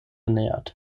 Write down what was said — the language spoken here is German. nähert